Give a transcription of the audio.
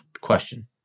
question